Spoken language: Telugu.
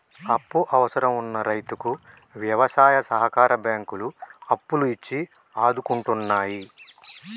అప్పు అవసరం వున్న రైతుకు వ్యవసాయ సహకార బ్యాంకులు అప్పులు ఇచ్చి ఆదుకుంటున్నాయి